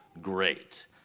great